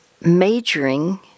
majoring